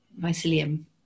mycelium